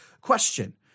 question